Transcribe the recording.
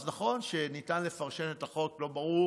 אז נכון שניתן לפרשן את החוק, לא ברור